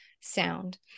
sound